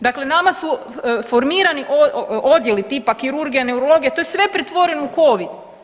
Dakle nama su formirani odjeli tipa kirurgija, neurologija to je sve pretvoreno u Covid.